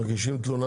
מגישים תלונה,